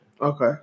Okay